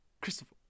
Christopher